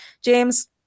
James